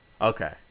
Okay